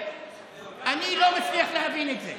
אני לא מצליח להבין את זה.